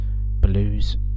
blues